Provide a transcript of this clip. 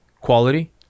Quality